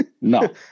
no